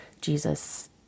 Jesus